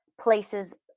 places